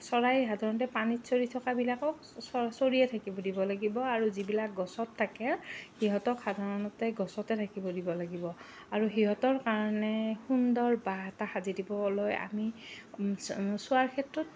চৰাই সাধাৰণতে পানীত চৰি থকাবিলাকক চৰিয়ে থাকিব দিব লাগিব আৰু যিবিলাক গছত থাকে সিহঁতক সাধাৰণতে গছতে থাকিব দিব লাগিব আৰু সিহঁতৰ কাৰণে সুন্দৰ বাঁহ এটা সাজি দিবলৈ আমি চোৱাৰ ক্ষেত্ৰত